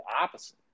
opposite